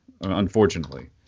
unfortunately